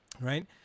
right